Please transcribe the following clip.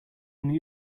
new